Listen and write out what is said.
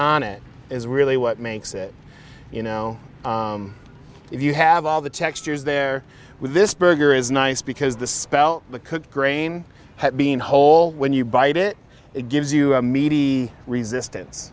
on it is really what makes it you know if you have all the textures there with this burger is nice because the spell the grain being whole when you bite it it gives you a meaty resistance